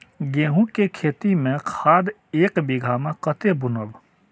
गेंहू के खेती में खाद ऐक बीघा में कते बुनब?